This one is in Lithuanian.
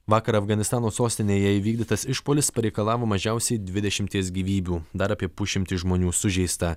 vakar afganistano sostinėje įvykdytas išpuolis pareikalavo mažiausiai dvidešimties gyvybių dar apie pusšimtį žmonių sužeista